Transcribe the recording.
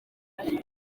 wungirije